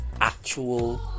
actual